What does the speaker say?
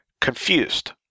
confused